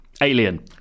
Alien